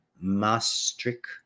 Maastricht